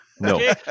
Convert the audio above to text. No